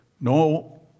no